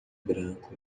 branco